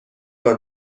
بار